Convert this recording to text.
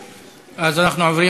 אז אנחנו עוברים